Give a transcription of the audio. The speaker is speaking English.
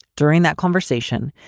during that conversation,